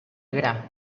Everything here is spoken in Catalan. gra